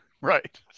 Right